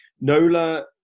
Nola